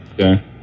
Okay